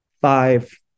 five